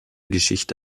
geschichte